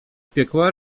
piekła